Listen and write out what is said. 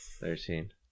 Thirteen